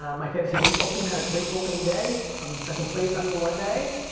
my fantasy baseball team had a great opening day, i'm in second place after one day,